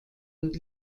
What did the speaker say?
und